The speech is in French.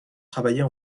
travaillait